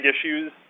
issues